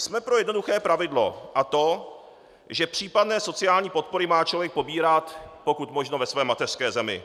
Jsme pro jednoduché pravidlo, a to že případné sociální podpory má člověk pobírat pokud možno ve své mateřské zemi.